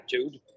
attitude